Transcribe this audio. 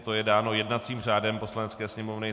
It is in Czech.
Toto je dáno jednacím řádem Poslanecké sněmovny.